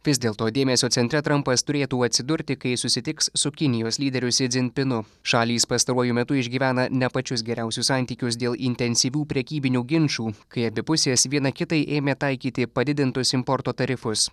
vis dėlto dėmesio centre trampas turėtų atsidurti kai susitiks su kinijos lyderiu sidzinpinu šalys pastaruoju metu išgyvena ne pačius geriausius santykius dėl intensyvių prekybinių ginčų kai abi pusės viena kitai ėmė taikyti padidintus importo tarifus